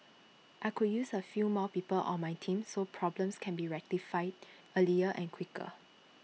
I could use A few more people on my team so problems can be rectified earlier and quicker